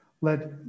Let